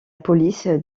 police